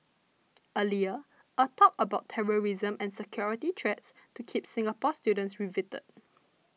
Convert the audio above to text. earlier a talk about terrorism and security threats to keep Singapore students riveted